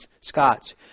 Scots